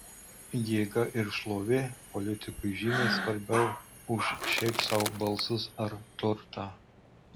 jėga ir šlovė politikui žymiai svarbiau už šiaip sau balsus ar turtą